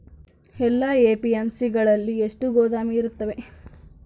ಎಲ್ಲಾ ಎ.ಪಿ.ಎಮ್.ಸಿ ಗಳಲ್ಲಿ ಎಷ್ಟು ಗೋದಾಮು ಇರುತ್ತವೆ?